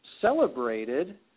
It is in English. celebrated